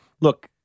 look